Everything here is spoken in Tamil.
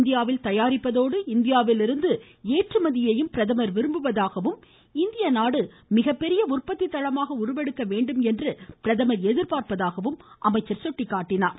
இந்தியாவில் தயாரிப்பதோடு இந்தியாவிலிருந்து ஏற்றுமதியையும் பிரதமா் விரும்புவதாகவும் இந்திய நாடு மிகப்பெரிய உற்பத்தி தளமாக உருவெடுக்க வேண்டும் என்று பிரதமர் எதிர்பார்ப்பதாகவும் அமைச்சர் சுட்டிக்காட்டினார்